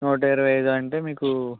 నూట ఇరవై అయిదు అంటే మీకు